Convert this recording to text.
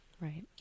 Right